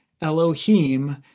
Elohim